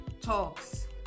Talks